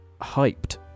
hyped